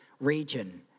region